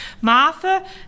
Martha